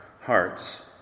hearts